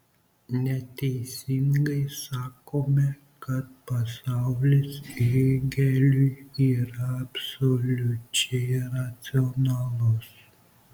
neteisingai sakome kad pasaulis hėgeliui yra absoliučiai racionalus